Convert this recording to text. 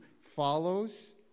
follows